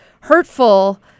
hurtful